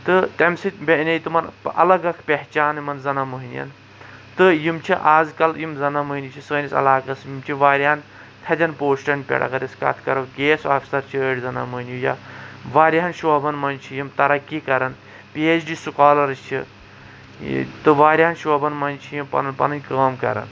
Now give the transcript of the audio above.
تہٕ تَمہِ سۭتۍ میلیے تمن اَلگ اکھ پہچان یِمن زَنان موہنِیَن تہٕ یِم چھِ آز کل یِم زَنان موہنیو چھِ سٲنِس علاقَس منٛز یِم چھِ واریاہَن تھدیٚن پوسٹَن پٮ۪ٹھ اَگر أسۍ کَتھ کَرو کے ایس آفسر چھِ أڑۍ زَنان موہنی یا واریاہَن شوبَن منٛز چھِ یِم ترقی کران پی ایچ ڈی سکالرس چھِ تہٕ واریاہَن شوبَن منٛز چھِ یِم پنُن پنٕنۍ کٲم کران